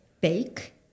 bake